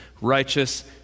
righteous